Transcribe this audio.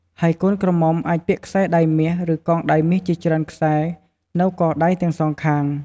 ហើយកូនក្រមុំអាចពាក់ខ្សែដៃមាស ឬកងដៃមាសជាច្រើនខ្សែនៅកដៃទាំងសងខាង។